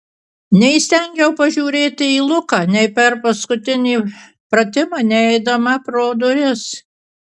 neįstengiau pažiūrėti į luką nei per paskutinį pratimą nei eidama pro duris